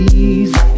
easy